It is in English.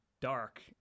dark